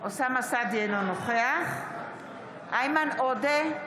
אינו נוכח איימן עודה,